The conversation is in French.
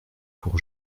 pour